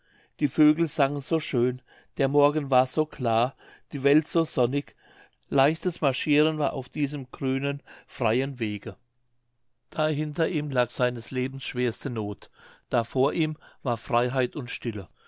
die vögel sangen so schön der morgen war so klar die welt so sonnig leichtes marschieren war auf diesem grünen freien wege da hinter ihm lag seines lebens schwerste not da vor ihm war freiheit und stille